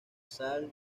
salle